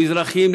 המזרחים,